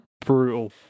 Brutal